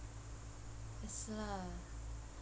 也是啦